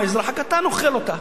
והאזרח הקטן אוכל אותה.